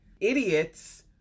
idiots